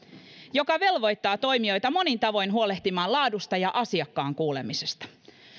joka velvoittaa toimijoita monin tavoin huolehtimaan laadusta ja asiakkaan kuulemisesta